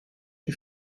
die